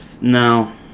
Now